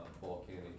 volcanic